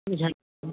बुझल